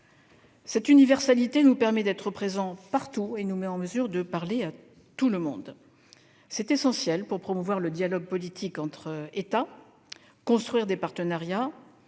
Cette universalité nous permet d'être présents partout et nous met en mesure de parler à tout le monde. C'est essentiel pour promouvoir le dialogue politique entre États, construire des partenariats